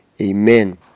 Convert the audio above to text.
Amen